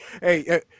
hey